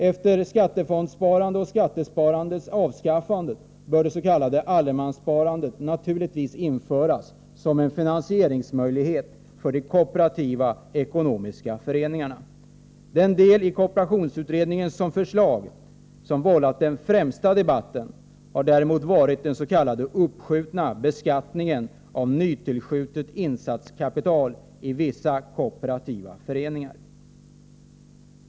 Efter skattefondsoch skattesparandets avskaffande bör det s.k. allemanssparandet naturligtvis införas som en finansieringsmöjlighet för de kooperativa ekonomiska föreningarna. Den del i kooperationsutredningens förslag som vållat den främsta debatten har varit den s.k. uppskjutna beskattningen av nytillskjutet insatskapital i vissa kooperativa föreningar.